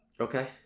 Okay